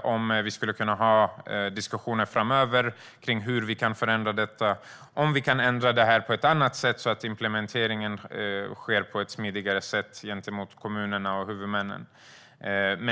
om vi skulle kunna ha diskussioner framöver om hur vi kan förhindra detta och om vi skulle kunna ändra detta på ett annat sätt så att implementeringen gentemot kommunerna och huvudmännen sker på ett smidigare sätt.